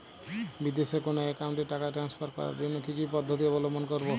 বিদেশের কোনো অ্যাকাউন্টে টাকা ট্রান্সফার করার জন্য কী কী পদ্ধতি অবলম্বন করব?